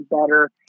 better